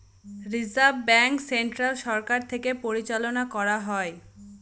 reserve bank central সরকার থেকে পরিচালনা করা হয়